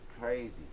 crazy